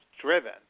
driven